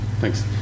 thanks